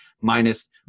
minus